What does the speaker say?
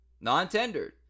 non-tendered